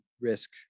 risk